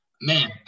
Man